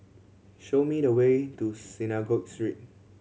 show me the way to Synagogue Street